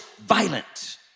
violent